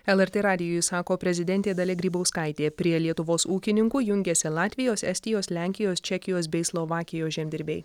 lrt radijui sako prezidentė dalia grybauskaitė prie lietuvos ūkininkų jungiasi latvijos estijos lenkijos čekijos bei slovakijos žemdirbiai